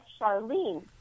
Charlene